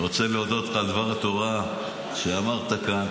אני רוצה להודות על דבר תורה שאמרת כאן.